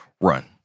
Run